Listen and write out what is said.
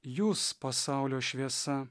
jūs pasaulio šviesa